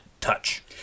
touch